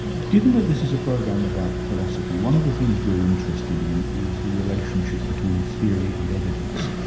given that this is a program about philosophy, one of the things we're interested in is the relationship between theory and evidence,